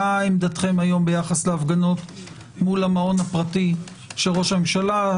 מה עמדתכם היום לגבי ההפגנות מול המעון הפרטי של ראש הממשלה.